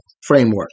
framework